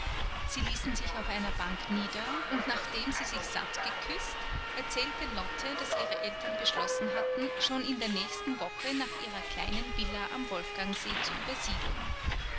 sie ließen sich auf einer bank nieder und nachdem sie sich sattgeküßt erzählte lotte daß ihre eltern beschlossen hatten schon in der nächsten woche nach ihrer kleinen villa am wolfgangsee zu übersiedeln